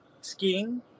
skiing